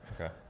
Okay